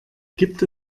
gibt